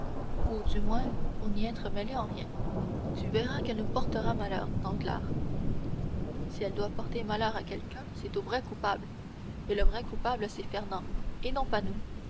ou du moins pour n'y être mêlé en rien tu verras qu'elle nous portera malheur danglars si elle doit porter malheur à quelqu'un c'est au vrai coupable et le vrai coupable c'est fernand et non pas nous